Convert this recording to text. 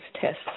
tests